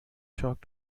shock